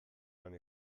han